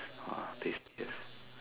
!wah! taste